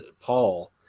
Paul